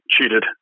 cheated